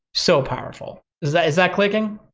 so powerful. is that is that clicking?